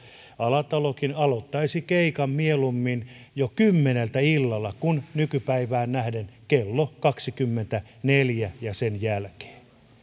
alatalokin aloittaisi keikan mieluummin jo kymmeneltä illalla kuin nykypäi vään nähden kello kaksikymmentäneljä ja sen jälkeen